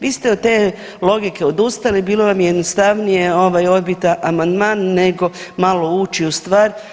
Vi ste od te logike odustali bilo vam je jednostavnije odbiti amandman nego malo ući u stvar.